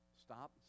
stop